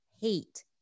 hate